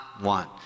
one